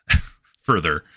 further